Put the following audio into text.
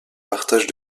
partage